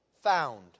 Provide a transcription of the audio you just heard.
found